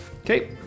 Okay